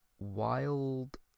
Wild